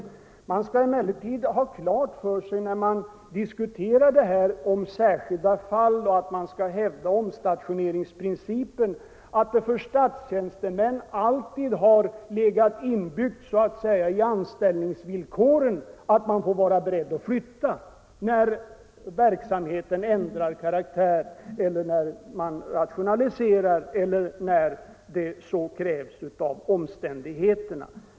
Man skall emellertid ha klart för sig när man diskuterar dessa särskilda fall och hävdandet av omstationeringsprincipen att det för statstjänstemännen alltid har legat 157 inbyggt i anställningsvillkoren att de får vara beredda att flytta när verksamheten ändrar karaktär, vid rationaliseringar eller när så krävs av omständigheterna.